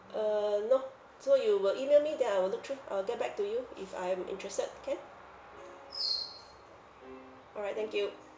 uh no so you will email me then I will look through I will get back to you if I'm interested can alright thank you